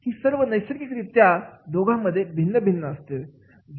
ही सर्व नैसर्गिकरित्या दोघांमध्ये भिन्न भिन्न असते